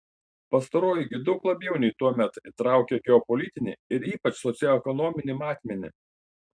pastaroji gi daug labiau nei tuomet įtraukia geopolitinį ir ypač socioekonominį matmenį